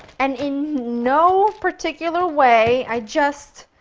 and in no particular way, i just